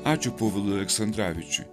ačiū povilui aleksandravičiui